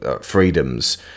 freedoms